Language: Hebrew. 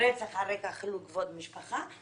'רצח על רקע חילול כבוד המשפחה',